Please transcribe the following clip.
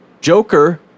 Joker